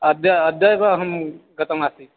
अद्य अद्य एव अहं गतमासीत्